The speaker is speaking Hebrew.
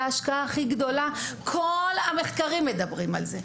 זו השקעה הכי גדולה וכל המחקרים מדברים על זה.